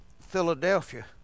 Philadelphia